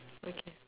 okay